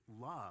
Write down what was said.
love